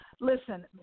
Listen